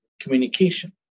communication